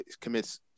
commits